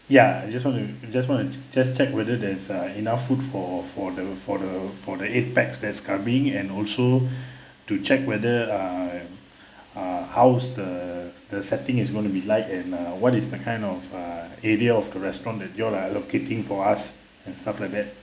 ya I just want to just want to just check whether there's uh enough food for for the for the for the eight pax that's coming and also to check whether err uh how's the the setting is going to be like and uh what is the kind of uh area of the restaurant that you're allocating for us and stuff like that